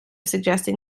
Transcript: suggesting